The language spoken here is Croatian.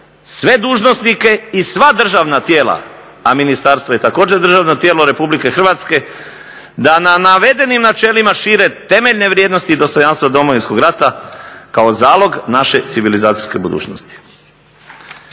sve dužnosnike i sva državna tijela, a ministarstvo je također državno tijelo Republike Hrvatske, da na navedenim načelima šire temeljne vrijednosti i dostojanstvo Domovinskog rata kao zalog naše civilizacijske budućnosti.